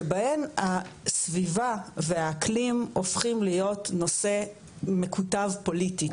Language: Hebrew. שבהם הסביבה והאקלים הולכים להיות נושא מקוטב פוליטית,